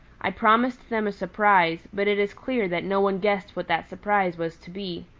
i promised them a surprise, but it is clear that no one guessed what that surprise was to be.